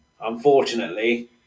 unfortunately